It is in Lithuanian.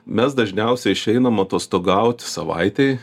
mes dažniausiai išeinam atostogaut savaitei